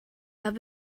have